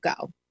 go